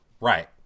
Right